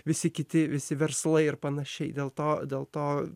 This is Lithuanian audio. visi kiti visi verslai ir panašiai dėl to dėl to